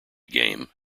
game